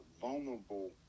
vulnerable